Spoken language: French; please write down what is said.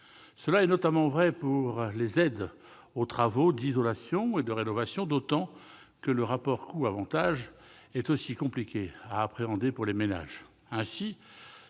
Cela est notamment vrai pour les aides aux travaux d'isolation et de rénovation, le rapport coût-avantages étant, en outre, compliqué à appréhender pour les ménages.